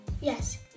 Yes